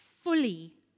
fully